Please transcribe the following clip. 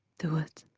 do it.